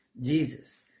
Jesus